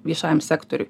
viešajam sektoriui